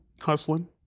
hustling